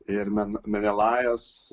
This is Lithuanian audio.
ir men menelajas